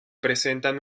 presentan